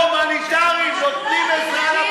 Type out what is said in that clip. אנחנו הומניטריים, נותנים עזרה לפצועים.